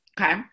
okay